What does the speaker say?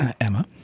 Emma